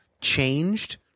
changed